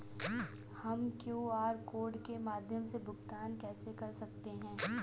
हम QR code के माध्यम से भुगतान कैसे कर सकते हैं?